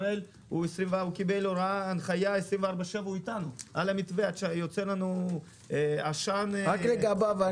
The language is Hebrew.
הראל קיבל הנחיה והוא 24/7 הוא איתנו עד שיוצא עשן לבן.